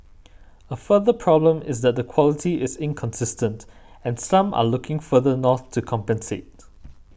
a further problem is that the quality is inconsistent and some are looking further north to compensate